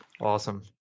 Awesome